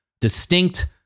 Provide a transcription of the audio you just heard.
distinct